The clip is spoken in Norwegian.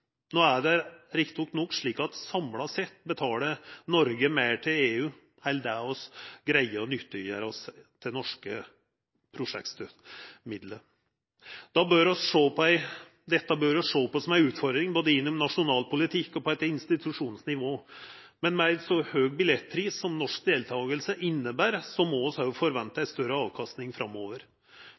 er det rett nok slik at Noreg samla sett betaler meir til EU enn det vi greier å nyttiggjera oss til norske prosjektstøttemidlar. Dette bør vi sjå på som ei utfordring, både innan nasjonal politikk og på eit institusjonsnivå, men med ein så høg billettpris som norsk deltaking inneber, må vi òg forventa ei større avkastning framover.